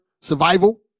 Survival